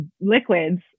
liquids